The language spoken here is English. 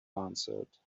answered